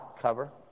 cover